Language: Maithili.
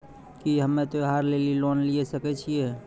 की हम्मय त्योहार लेली लोन लिये सकय छियै?